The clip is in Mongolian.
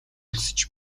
өлсөж